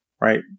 Right